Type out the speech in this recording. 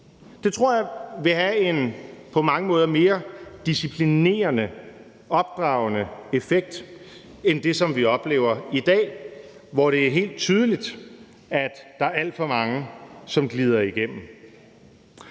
Det tror jeg vil have en på mange måder mere disciplinerende, opdragende effekt end det, som vi oplever i dag, hvor det er helt tydeligt, at der er alt for mange, som glider igennem.